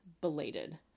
belated